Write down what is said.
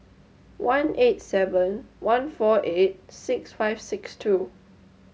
one eight seven one four eight six five six two